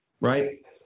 right